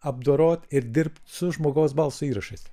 apdorot ir dirbt su žmogaus balso įrašais